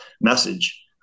message